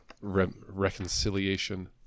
reconciliation